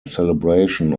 celebration